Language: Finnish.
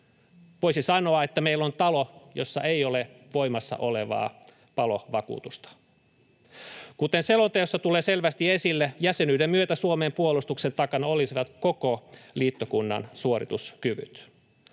Voisi sanoa, että meillä on talo, jossa ei ole voimassa olevaa palovakuutusta. Kuten selonteossa tulee selvästi esille, jäsenyyden myötä Suomen puolustuksen takana olisivat koko liittokunnan suorituskyvyt.